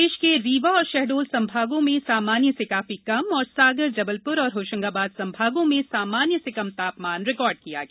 प्रदेश के रीवा और शहडोल संभागों में सामान्य से काफी कम और सागरजबलपुर और होशंगाबाद संभागों में सामान्य से कम तापमान रिकार्ड किया गया